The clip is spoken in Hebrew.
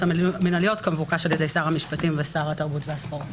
המנהליות כמבוקש על ידי שר המשפטים ושר התרבות הספורט.